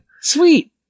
Sweet